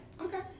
Okay